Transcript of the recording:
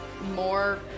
more